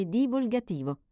divulgativo